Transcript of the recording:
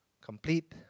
complete